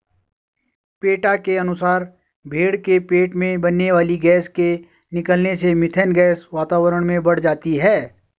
PETA के अनुसार भेंड़ के पेट में बनने वाली गैस के निकलने से मिथेन गैस वातावरण में बढ़ जाती है